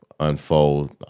Unfold